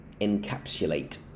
encapsulate